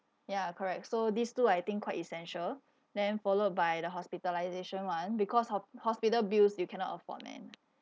ya correct so these two I think quite essential then followed by the hospitalisation one because of hospital bills you cannot afford man